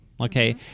okay